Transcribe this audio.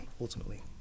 ultimately